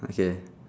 okay